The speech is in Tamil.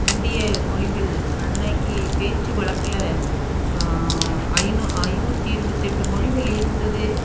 இந்திய மொழிகள் அன்னிக்கி பேச்சு வழக்கில் ஐநூ ஐநூற்றி இருபத்தெட்டு மொழிகள் இருந்தது